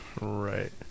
Right